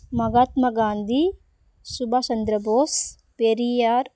மகாத்மா காந்தி சுபாஷ் சந்திரபோஸ் பெரியார்